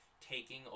taking